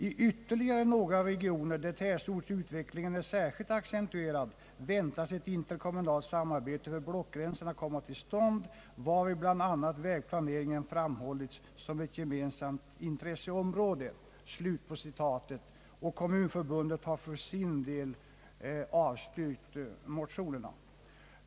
I ytterligare några regioner, där tätortsutvecklingen är särskilt accentuerad, väntas ett interkommunalt samarbete över blockgränserna komma till stånd, varvid bl.a. vägplaneringen framhållits som ett gemensamt intresseområde.» Kommunförbundet har för sin del avstyrkt motionerna.